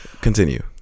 Continue